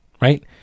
right